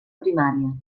primària